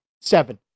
Seven